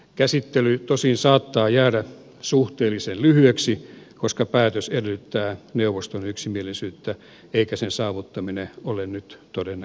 käsittely tosin saattaa jäädä suhteellisen lyhyeksi koska päätös edellyttää neuvoston yksimielisyyttä eikä sen saavuttaminen ole nyt todennäköistä